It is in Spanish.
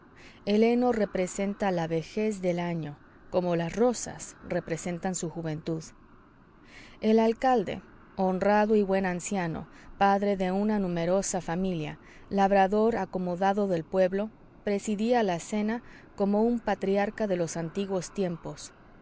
heno representa la vejez del año como las rosas representan su juventud el alcalde honrado y buen anciano padre de una numerosa familia labrador acomodado del pueblo presidía la cena como un patriarca de los antiguos tiempos